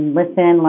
listen